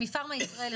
מפארמה ישראל,